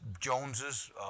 joneses